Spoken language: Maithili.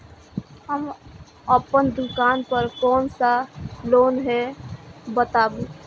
हम अपन दुकान पर कोन सा लोन हैं बताबू?